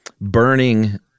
burning